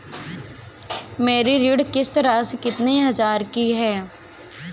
मेरी ऋण किश्त राशि कितनी हजार की है?